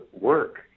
work